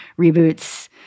reboots